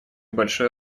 большое